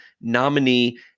nominee